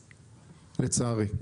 לצערי,